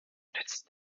nützt